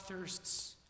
thirsts